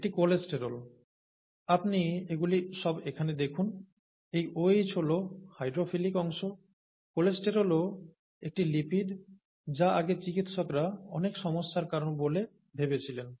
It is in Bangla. এটি কোলেস্টেরল আপনি এগুলি সব এখানে দেখুন এই OH হল হাইড্রোফিলিক অংশ কোলেস্টেরলও একটি লিপিড যা আগে চিকিৎসকরা অনেক সমস্যার কারণ বলে ভেবেছিলেন